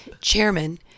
Chairman